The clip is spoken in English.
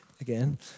Again